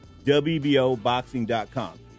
WBOboxing.com